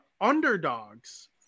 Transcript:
underdogs